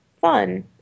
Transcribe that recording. fun